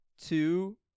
two